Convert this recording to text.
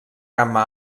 gamma